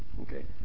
okay